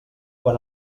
quan